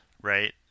right